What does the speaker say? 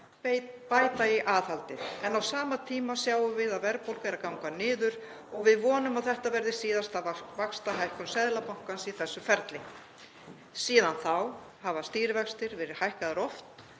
í aðhaldið. Á sama tíma sjáum við að verðbólga er að ganga niður og við vonum að þetta verði síðasta vaxtahækkun Seðlabankans í þessu ferli. Síðan þá hafa stýrivextir verið hækkaðir oft